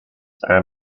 are